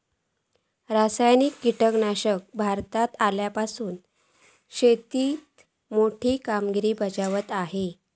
रासायनिक कीटकनाशका भारतात इल्यापासून शेतीएत मोठी कामगिरी बजावत आसा